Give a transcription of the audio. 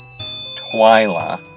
Twyla